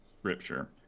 scripture